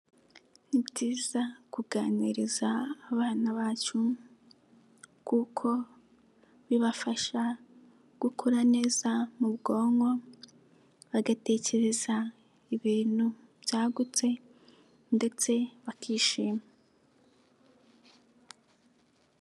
Ni byiza kuganiriza abana bacu kuko bibafasha gukura neza mu bwonko bagatekereza ibintu byagutse ndetse bakishima.